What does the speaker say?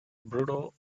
bruno